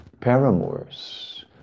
paramours